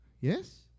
Yes